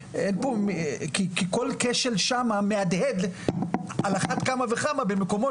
כי כל כשל שם מהדהד על אחת כמה וכמה במקומות